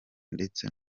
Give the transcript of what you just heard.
ndetse